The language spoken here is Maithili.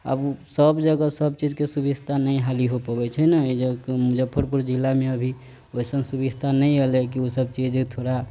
आब ओ सब जगह सब चीज के सुविस्ता नहि हाली हो पबै छै न एहि मुजफ्फरपुर जिला मे अभी वैसन सुविस्ता नहि अलैया की ओसब चीज थोड़ा